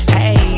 Hey